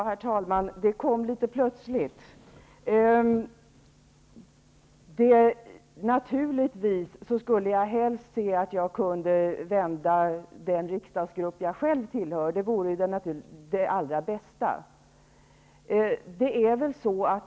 Herr talman! Det kom litet plötsligt. Naturligtvis skulle jag helst se att jag kunde vända den riksdagsgrupp jag själv tillhör. Det vore det allra bästa.